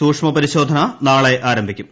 സൂക്ഷ്മപരിശോധന നാളെ ആരംഭിക്കും